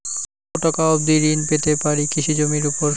কত টাকা অবধি ঋণ পেতে পারি কৃষি জমির উপর?